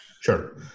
sure